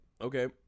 okay